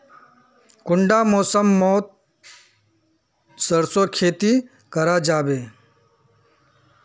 कुंडा मौसम मोत सरसों खेती करा जाबे?